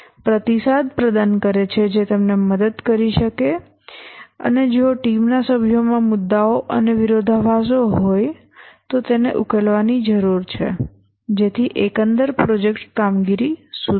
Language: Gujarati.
પ્રતિસાદ પ્રદાન કરે જે તેમને મદદ કરી શકે અને જો ટીમના સભ્યોમાં મુદ્દાઓ અને વિરોધાભાસો હોય તો તેને ઉકેલવાની જરૂર છે જેથી એકંદર પ્રોજેક્ટ કામગીરી સુધરે